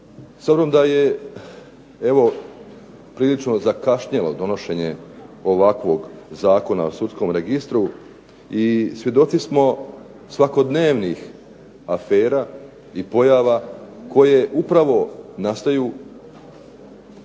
obzirom da je evo prilično zakašnjelo donošenje ovakvog Zakona o sudskom registru i svjedoci smo svakodnevnih afera i pojava koje upravo nastaju gdje